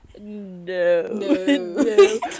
No